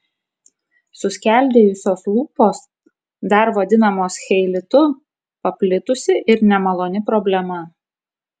suskeldėjusios lūpos dar vadinamos cheilitu paplitusi ir nemaloni problema